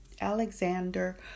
Alexander